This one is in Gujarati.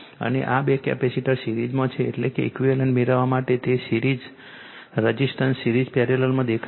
અને આ બે કેપેસિટર સિરીઝમાં છે એટલે કે ઇકવીવેલન્ટ મેળવવા માટે તે રઝિસ્ટન્સ સિરીઝ પેરેલલમાં દેખાય છે